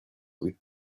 with